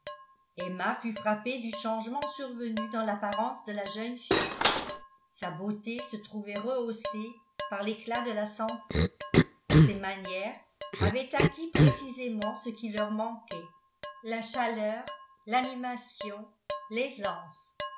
emma fut frappée du changement survenu dans l'apparence de la jeune fille sa beauté se trouvait rehaussée par l'éclat de la santé ses manières avaient acquis précisément ce qui leur manquaient la chaleur l'animation